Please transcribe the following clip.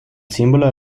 símbolo